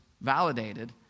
validated